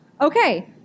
Okay